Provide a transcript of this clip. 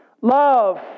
Love